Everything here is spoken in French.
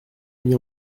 mis